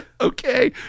Okay